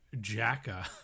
Jacka